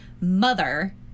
mother